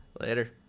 Later